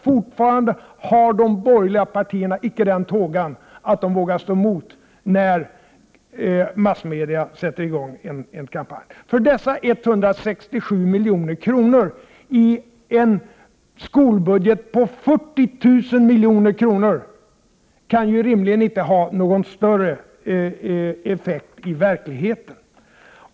Fortfarande har de borgerliga partierna inte tågan att stå emot när massmedierna sätter i gång en kampanj. Dessa 167 milj.kr. —i en skolbudget om 40 000 milj.kr. — kan ju rimligen inte ha någon större effekt i verkligheten.